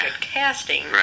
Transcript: casting